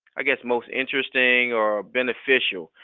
i guess most interesting or beneficial.